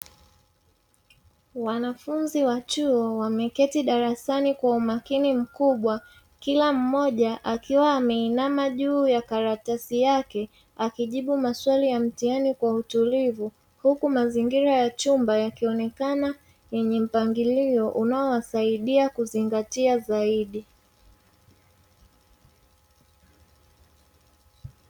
Wanafunzi wa chuo wameketi darasani kwa umakini mkubwa, kila mmoja akiwa ameinama juu ya karatasi yake, akijibu maswali ya mtihani kwa utulivu, huku mazingira ya chumba yakionekana yenye mpangilio unaowasaidia kuzingatia zaidi.